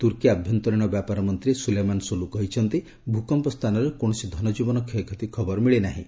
ତୂର୍କୀ ଆଭ୍ୟନ୍ତରୀଣ ବ୍ୟାବାର ମନ୍ତ୍ରୀ ସୁଲେମାନ ସୋଲୁ କହିଛନ୍ତି ଭୂକମ୍ପ ସ୍ଥାନରେ କୌଣସି ଧନ ଜୀବନ କ୍ଷୟକ୍ଷତି ଖବର ମିଳି ନାହିଁ